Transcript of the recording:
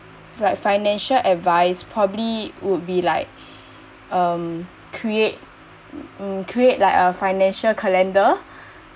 like financial advice probably would be like um create mm create like a financial calendar